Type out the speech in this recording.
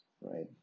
right